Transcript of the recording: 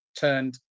turned